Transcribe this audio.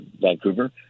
Vancouver